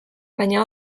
baina